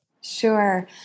Sure